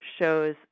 shows